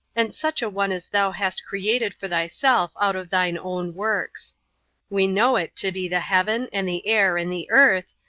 and such a one as thou hast created for thyself out of thine own works we know it to be the heaven, and the air, and the earth,